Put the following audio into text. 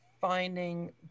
finding